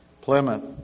Plymouth